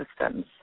systems